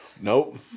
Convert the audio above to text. Nope